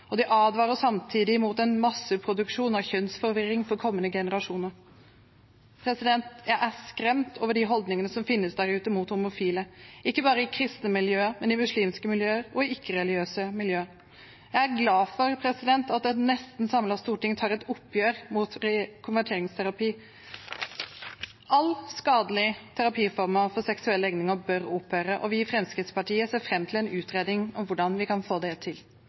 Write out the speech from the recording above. og de advarer samtidig mot en masseproduksjon av kjønnsforvirring for kommende generasjoner. Jeg er skremt over de holdningene som finnes der ute mot homofile, ikke bare i kristne miljøer, men i muslimske miljøer og i ikke-religiøse miljøer. Jeg er glad for at et nesten samlet storting tar et oppgjør med konverteringsterapi. Alle skadelige former for terapi når det gjelder seksuelle legninger, bør opphøre, og vi i Fremskrittspartiet ser fram til en utredning om hvordan vi kan få det til.